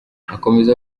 akomeza